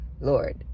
Lord